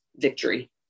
victory